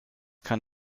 kann